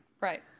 Right